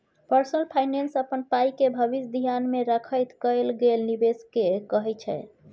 personal finance अपन पाइके भबिस धेआन मे राखैत कएल गेल निबेश केँ कहय छै